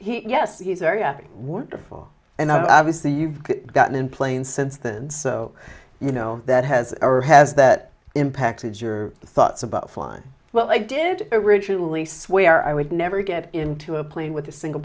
he yes he's area wonderful and i was the you've gotten in planes since then so you know that has or has that impacted your thoughts about fun well i did originally swear i would never get into a plane with a single